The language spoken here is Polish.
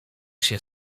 się